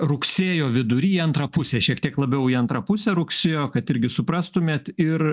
rugsėjo vidury antrą pusę šiek tiek labiau į antrą pusę rugsėjo kad irgi suprastumėt ir